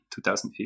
2015